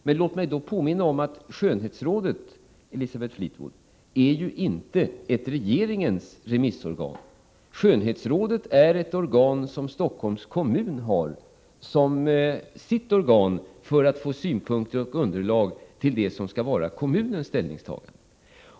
Men jag vill påminna om, Elisabeth Fleetwood, att skönhetsrådet inte är ett regeringens remissorgan. Det är en instans som Stockholms kommun har som sitt organ för att få synpunkter och beslutsunderlag i frågor som kräver kommunens ställningstagande.